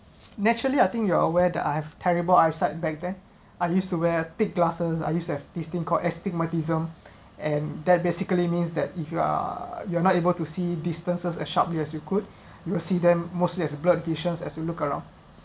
naturally I think you are aware that I have terrible eyesight back there I used to wear a thick glasses I used to have this thing called astigmatism and that basically means that if you are you not able to see distances as sharp as you could you will see them mostly as a blur vision as you look around